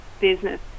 business